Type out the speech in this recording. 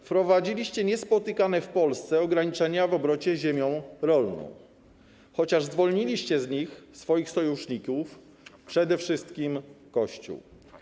Wprowadziliście niespotykane w Polsce ograniczenia w obrocie ziemią rolną, chociaż zwolniliście z nich swoich sojuszników, przede wszystkim Kościół.